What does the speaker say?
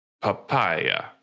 Papaya